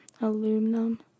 aluminum